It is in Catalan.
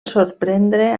sorprendre